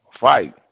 fight